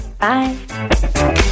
Bye